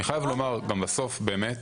אני חייב לומר, גם בסוף, באמת,